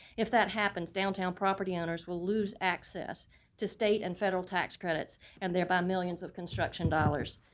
if that happens, downtown property owners will lose access to state and federal tax credits and thereby millions of construction dollars.